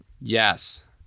yes